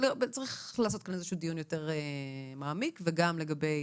צריך לעשות פה איזשהו דיון יותר מעמיק, וגם לגבי